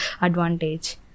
advantage